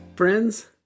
Friends